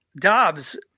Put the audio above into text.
Dobbs